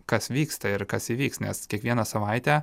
kas vyksta ir kas įvyks nes kiekvieną savaitę